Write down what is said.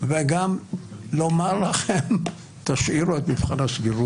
וגם מותר לקחת מתנות או שזה לא קשור?